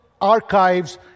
Archives